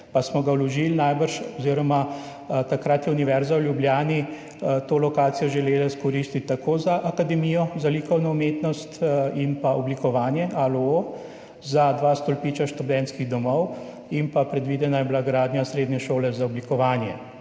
pa smo ga vložili oziroma takrat je Univerza v Ljubljani to lokacijo želela izkoristiti za Akademijo za likovno umetnost in oblikovanje, ALUO, za dva stolpiča študentskih domov in predvidena je bila gradnja srednje šole za oblikovanje.